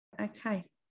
Okay